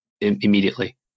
immediately